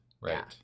Right